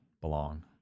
belong